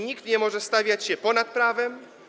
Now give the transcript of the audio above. Nikt nie może stawiać się ponad prawem.